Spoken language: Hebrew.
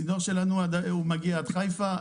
הצינור שלנו מגיע עד חיפה.